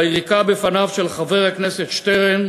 היריקה בפניו של חבר הכנסת שטרן,